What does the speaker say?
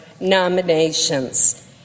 nominations